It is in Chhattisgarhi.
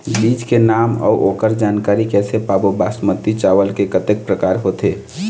बीज के नाम अऊ ओकर जानकारी कैसे पाबो बासमती चावल के कतेक प्रकार होथे?